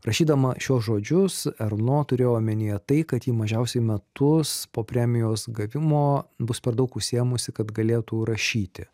rašydama šiuos žodžius erno turėjo omenyje tai kad ji mažiausiai metus po premijos gavimo bus per daug užsiėmusi kad galėtų rašyti